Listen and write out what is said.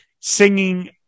singing